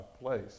place